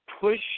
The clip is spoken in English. push